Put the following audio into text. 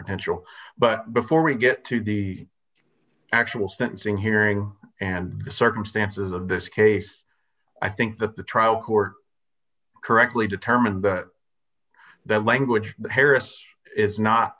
potential but before we get to the actual sentencing hearing and the circumstances of this case i think that the trial court correctly determined that language harris is not